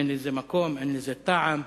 אין לזה מקום, אין לזה טעם.